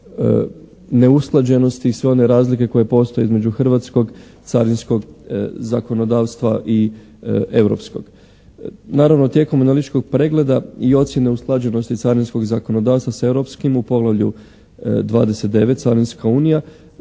neusklađenosti, sve one razlike koje postoje između hrvatskog carinskog zakonodavstva i europskog. Naravno tijekom analitičkog pregleda i ocjene usklađenosti carinskog zakonodavstva sa europskim u poglavlju 29. Carinska unija